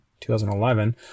2011